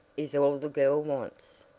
is all the girl wants.